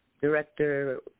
director